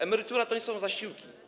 Emerytura to nie są zasiłki.